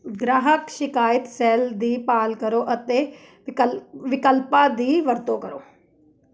ਗਾਹਕ ਸ਼ਿਕਾਇਤ ਸੈੱਲ ਦੀ ਭਾਲ ਕਰੋ ਅਤੇ ਵਿਕਲ ਵਿਕਲਪਾਂ ਦੀ ਵਰਤੋਂ ਕਰੋ